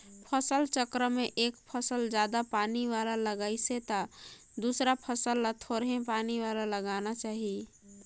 फसल चक्र में एक फसल जादा पानी वाला लगाइसे त दूसरइया फसल ल थोरहें पानी वाला लगाना चाही